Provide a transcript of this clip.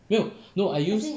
没有 no I use